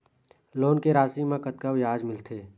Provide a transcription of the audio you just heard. Loan के राशि मा कतका ब्याज मिलथे?